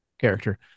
character